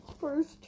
first